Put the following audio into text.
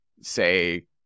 say